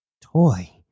toy